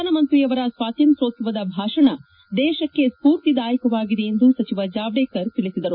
ಪ್ರಧಾನ ಮಂತ್ರಿಯವರ ಸ್ವಾತಂತ್ರ್ಯೋತ್ಸವದ ಭಾಷಣ ದೇಶಕ್ಕೆ ಸ್ಫೂರ್ತಿದಾಯಕವಾಗಿದೆ ಎಂದು ಸಚಿವ ಜಾವಡೇಕರ್ ತಿಳಿಸಿದರು